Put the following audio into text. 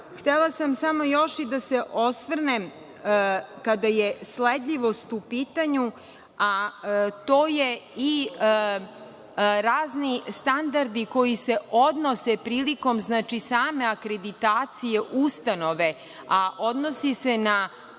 htela sam samo još i da se osvrnem kada je sledljivost u pitanju, a to je i razni standardi koji se odnose prilikom, znači, same akreditacije ustanove, a odnosi se na